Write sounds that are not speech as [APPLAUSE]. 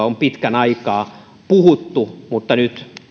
[UNINTELLIGIBLE] on pitkän aikaa puhuttu mutta nyt